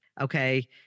Okay